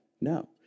no